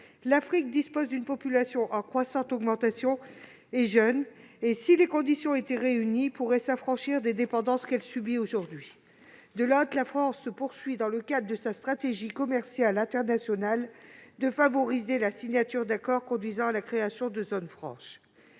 l'Afrique dispose d'une population en croissante augmentation et jeune et, si les conditions étaient réunies, elle pourrait s'affranchir des dépendances qu'elle subit aujourd'hui. D'un autre côté, dans le cadre de sa stratégie commerciale internationale, la France vise l'objectif de favoriser la signature d'accords conduisant à la création de zones franches.